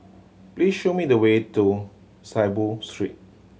please show me the way to Saiboo Street